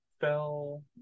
fell